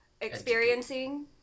experiencing